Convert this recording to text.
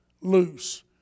loose